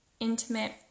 intimate